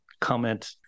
comment